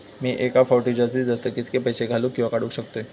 मी एका फाउटी जास्तीत जास्त कितके पैसे घालूक किवा काडूक शकतय?